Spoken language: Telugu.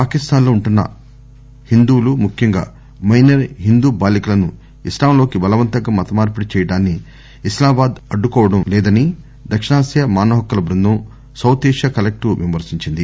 పాకిస్థాన్ లో ఉంటున్న హింధువులు ముఖ్యంగా మైనర్ హింధు టాలికలను ఇస్లాంలోకి బలవంతంగా మతమార్పిడి చేయడాన్ని ఇస్లామాబాద్ అడ్డుకోవడం లేదని దక్షిణాసియా మానవ హక్కుల బృందం సౌత్ ఏసియా కలెక్టివ్ విమర్నించింది